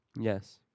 Yes